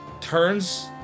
turns